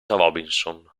robinson